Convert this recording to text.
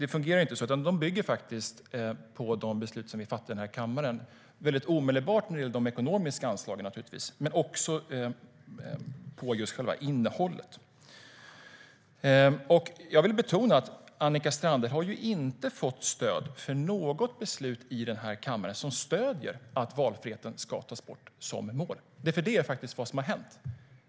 Så fungerar det inte, utan de bygger faktiskt på de beslut som vi fattar i den här kammaren, väldigt omedelbart när det gäller de ekonomiska anslagen naturligtvis men också på just själva innehållet. Jag vill betona att Annika Strandhäll inte har fått stöd för något beslut i den här kammaren som stöder att valfriheten ska tas bort som mål. Det är faktiskt vad som har hänt.